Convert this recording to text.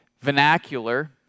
vernacular